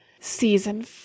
season